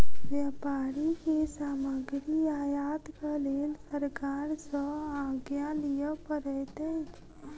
व्यापारी के सामग्री आयातक लेल सरकार सॅ आज्ञा लिअ पड़ैत अछि